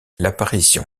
l’apparition